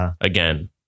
again